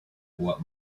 what